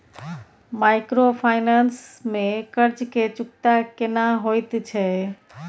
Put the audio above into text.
Microfinance में कर्ज के चुकता केना होयत छै?